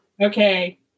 Okay